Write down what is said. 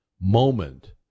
moment